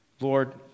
Lord